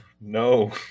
No